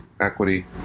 equity